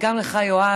וגם לך, יואב,